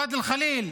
ואדי אל-ח'ליל,